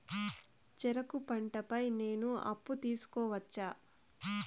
చెరుకు పంట పై నేను అప్పు తీసుకోవచ్చా?